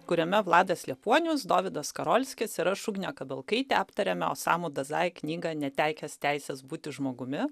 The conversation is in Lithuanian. kuriame vladas liepuonius dovydas skarolskis ir aš ugnė kabelkaitė aptarėme osamu dazai knygą netekęs teisės būti žmogumi